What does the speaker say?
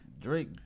Drake